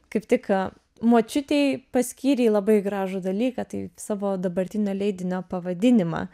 kaip tik močiutei paskyrei labai gražų dalyką tai savo dabartinio leidinio pavadinimą